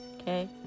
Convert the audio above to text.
Okay